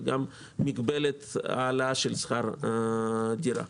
וגם מגבלת העלאת שכר דירה.